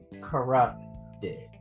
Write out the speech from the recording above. corrupted